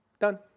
Done